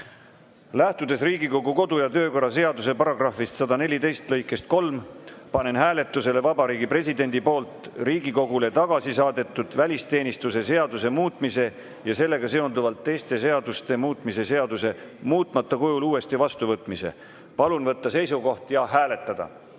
lähtudes Riigikogu kodu‑ ja töökorra seaduse § 114 lõikest 3 panen hääletusele Vabariigi Presidendi poolt Riigikogule tagasi saadetud välisteenistuse seaduse muutmise ja sellega seonduvalt teiste seaduste muutmise seaduse muutmata kujul uuesti vastuvõtmise. Palun võtta seisukoht ja hääletada!